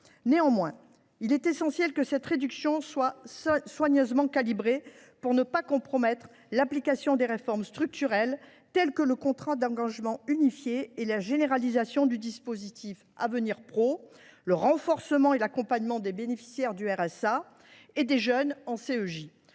Néanmoins, il est essentiel que cette réduction soit soigneusement calibrée pour ne pas compromettre l’application de réformes structurelles telles que le contrat d’engagement unifié, la généralisation du dispositif Avenir Pro ou le renforcement de l’accompagnement des bénéficiaires du RSA et des jeunes en CEJ.